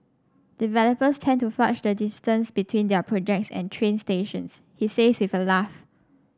developers tend to fudge the distance between their projects and train stations he says with a laugh